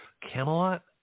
Camelot